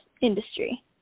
industry